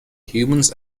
humans